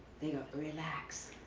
they got relax,